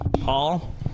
Paul